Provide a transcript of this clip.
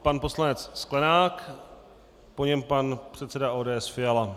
Pan poslanec Sklenák, po něm pan předseda ODS Fiala.